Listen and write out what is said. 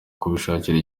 kubishakira